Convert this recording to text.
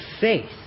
faith